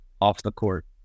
off-the-court